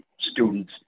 students